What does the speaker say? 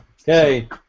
Okay